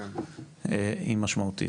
היא משמעותית.